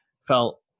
felt